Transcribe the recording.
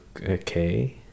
okay